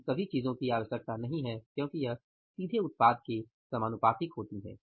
इन सभी चीजों की आवश्यकता नहीं है क्योंकि यह सीधे उत्पाद के समानुपातिक होतीं हैं